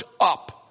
up